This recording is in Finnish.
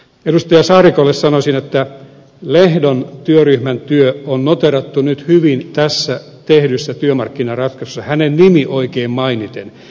edustaja saarikolle sanoisin että lehdon työryhmän työ on noteerattu nyt hyvin tässä tehdyssä työmarkkinaratkaisussa hänen nimensä oikein mainiten